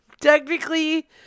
Technically